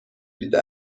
دیده